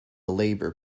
labour